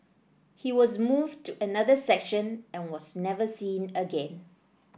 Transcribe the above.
he was moved to another section and was never seen again